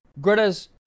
Greta's